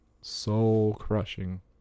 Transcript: Soul-crushing